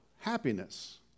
happiness